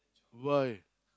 why